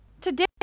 Today